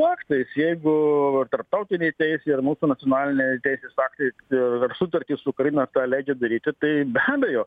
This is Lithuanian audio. aktais jeigu tarptautinė teisė ir mūsų nacionaliniai teisės aktai ir sutartys su ukraina tą leidžia daryti tai be abejo